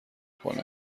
کنه